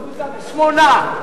קבוצת השמונה.